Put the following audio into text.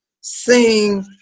sing